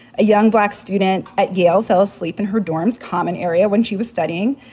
a young, black student at yale fell asleep in her dorm's common area when she was studying,